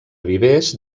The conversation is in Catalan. vivers